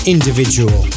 Individual